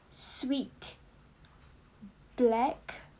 sweet black